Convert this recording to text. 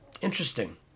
interesting